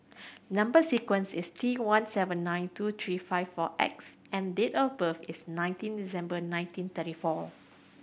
number sequence is T one seven nine two three five four X and date of birth is nineteen December nineteen thirty four